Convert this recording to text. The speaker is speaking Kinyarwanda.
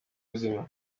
ubuzima